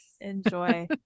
Enjoy